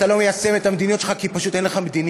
אתה לא מיישם את המדיניות שלך כי פשוט אין לך מדיניות.